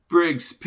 Briggs